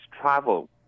travel